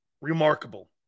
Remarkable